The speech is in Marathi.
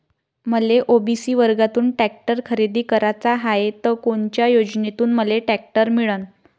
मले ओ.बी.सी वर्गातून टॅक्टर खरेदी कराचा हाये त कोनच्या योजनेतून मले टॅक्टर मिळन?